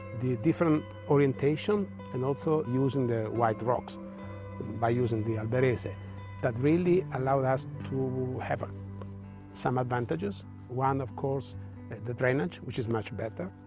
the different orientation and also using the white rocks by using the alberese. that really allowed us to have um some advantages one of course the drainage which is much better,